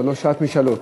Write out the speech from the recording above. אבל לא שעת משאלות.